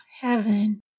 heaven